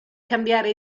cambiare